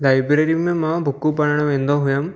library में मां बुकूं पढ़ण वेंदो हुयमि